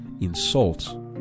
insult